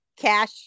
Cash